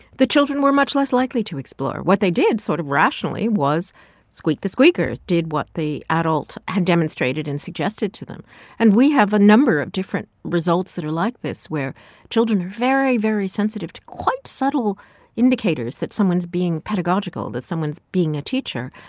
the children were much less likely to explore. what they did, sort of rationally, was squeak the squeaker, did what the adult had demonstrated and suggested to them and we have a number of different different results that are like this where children are very, very sensitive to quite subtle indicators that someone's being pedagogical, that someone's being a teacher,